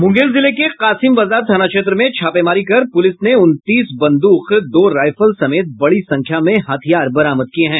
मुंगेर जिले के कासिम बाजार थाना क्षेत्र में छापेमारी कर पुलिस ने उनतीस बंद्रक दो रायफल समेत बड़ी संख्या में हथियार बरामद किये हैं